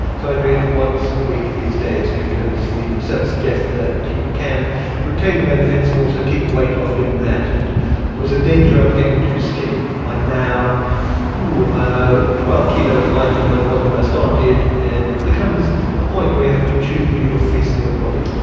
so i do it once a week these days because the research suggests that you can retain the benefits and also keep the weight off doing that. and there was a danger i was getting too skinny. i am now about twelve kilos lighter than i was when i started, and there comes a point where you have to choose between your face and your body.